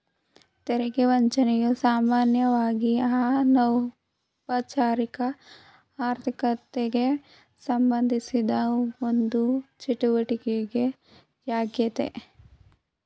ತೆರಿಗೆ ವಂಚನೆಯು ಸಾಮಾನ್ಯವಾಗಿಅನೌಪಚಾರಿಕ ಆರ್ಥಿಕತೆಗೆಸಂಬಂಧಿಸಿದ ಒಂದು ಚಟುವಟಿಕೆ ಯಾಗ್ಯತೆ